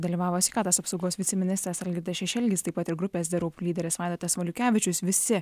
dalyvavo sveikatos apsaugos viceministras algirdas šešelgis taip pat ir grupės the roop lyderis vaidotas valiukevičius visi